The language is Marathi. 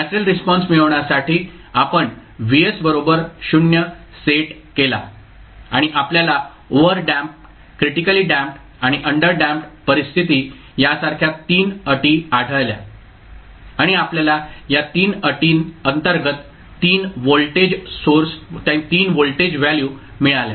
नॅचरल रिस्पॉन्स मिळवण्यासाठी आपण Vs बरोबर 0 सेट केला आणि आपल्याला ओव्हरडॅम्प्ड क्रिटिकलीडॅम्प्ड आणि अंडरप्डॅम्प्ड परिस्थिती यासारख्या 3 अटी आढळल्या आणि आपल्याला या 3 अटी अंतर्गत 3 व्होल्टेज व्हॅल्यू मिळाल्या